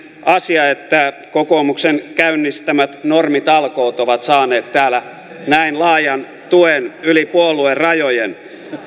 asia että kokoomuksen käynnistämät normitalkoot ovat saaneet täällä näin laajan tuen yli puoluerajojen